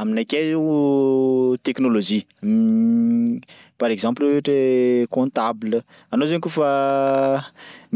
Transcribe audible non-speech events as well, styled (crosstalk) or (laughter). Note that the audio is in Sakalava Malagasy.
Aminakay (hesitation) teknôlôjia (hesitation) par exemple ohatra hoe comptable anao zany kaofa